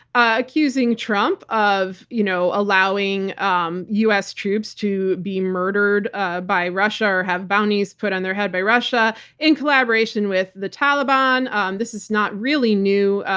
accusing trump of you know allowing um u. s. troops to be murdered ah by russia have bounties put on their head by russia in collaboration with the taliban. and this is not really new.